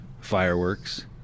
fireworks